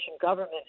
government